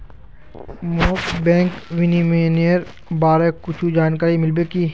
मोक बैंक विनियमनेर बारे कुछु जानकारी मिल्बे की